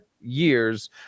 years